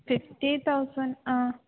fifty thousand आ